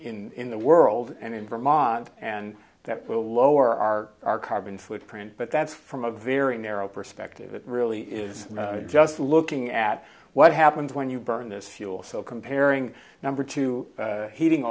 in in the world and in vermont and that will lower our our carbon footprint but that's from a very narrow perspective it really is just looking at what happens when you burn this fuel so comparing number two heating